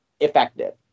effective